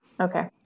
Okay